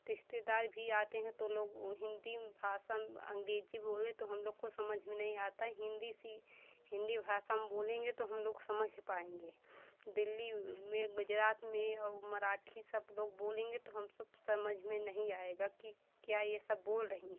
रिश्तेदार भी आते हैं तो लोग हिन्दी भाषा अंग्रेज़ी बोलें तो हम लोग को समझ में नहीं आती है हिन्दी की हिन्दी भाषा में बोलेंगे तो हम लोग समझ पाएँगे दिल्ली में गुजरात में और मराठी सब लोग बोलेंगे तो हम सब समझ में नहीं आएगा कि क्या ये सब बोल रही हैं